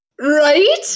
Right